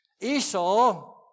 Esau